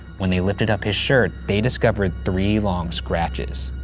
when they lifted up his shirt, they discovered three long scratches.